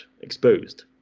exposed